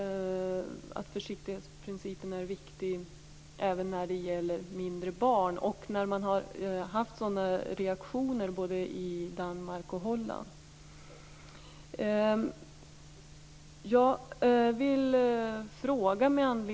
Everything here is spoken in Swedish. Försiktighetsprincipen är viktig särskilt när det gäller mindre barn och när man har fått sådana reaktioner i både